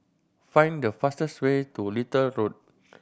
find the fastest way to Little Road